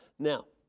now,